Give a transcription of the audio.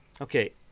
Okay